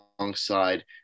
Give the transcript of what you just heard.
alongside